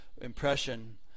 impression